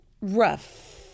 rough